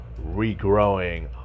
regrowing